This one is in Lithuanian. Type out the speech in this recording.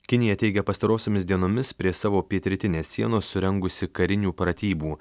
kinija teigia pastarosiomis dienomis prie savo pietrytinės sienos surengusi karinių pratybų